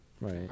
Right